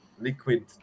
liquid